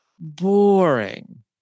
boring